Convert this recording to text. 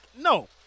no